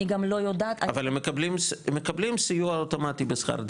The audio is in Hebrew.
אני גם לא יודעת --- אבל הן מקבלות סיוע אוטומטי בשכר דירה.